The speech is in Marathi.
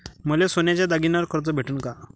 मले सोन्याच्या दागिन्यावर कर्ज भेटन का?